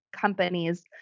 companies